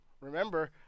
Remember